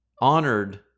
honored